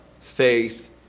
faith